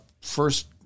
first